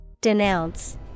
Denounce